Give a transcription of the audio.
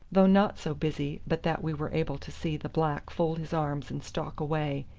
though not so busy but that we were able to see the black fold his arms and stalk away,